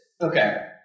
okay